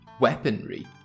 weaponry